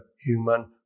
human